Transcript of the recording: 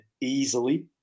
easily